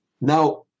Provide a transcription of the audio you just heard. Now